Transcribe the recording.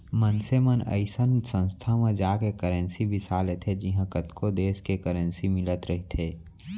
मनसे मन अइसन संस्था म जाके करेंसी बिसा लेथे जिहॉं कतको देस के करेंसी मिलत रहिथे